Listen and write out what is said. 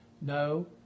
no